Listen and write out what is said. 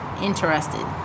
interested